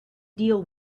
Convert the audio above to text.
deal